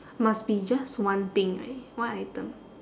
must be just one thing right one item